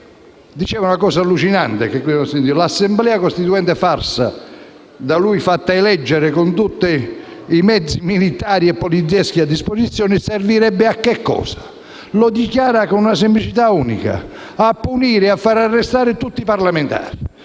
dice una cosa allucinante: l'Assemblea costituente farsa, da lui fatta eleggere con tutti i mezzi militari e polizieschi a disposizione, servirebbe - lui lo dichiara con una semplicità unica - a punire e a fare arrestare tutti i parlamentari.